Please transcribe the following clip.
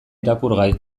irakurgai